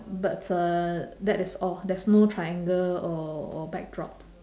but uh that is all there's no triangle or or backdrop